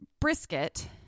brisket